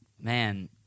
Man